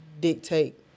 dictate